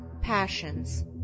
passions